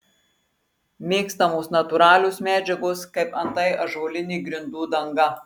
mėgstamos natūralios medžiagos kaip antai ąžuolinė grindų danga